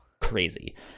crazy